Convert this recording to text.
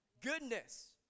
goodness